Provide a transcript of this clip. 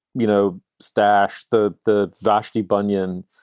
you know, stash the the vashti bunyan,